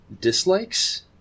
Dislikes